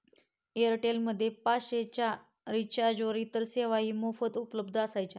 Airtel मध्ये पाचशे च्या रिचार्जवर इतर सेवाही मोफत उपलब्ध असायच्या